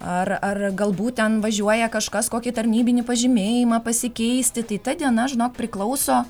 ar ar galbūt ten važiuoja kažkas kokį tarnybinį pažymėjimą pasikeisti tai ta diena žinok priklauso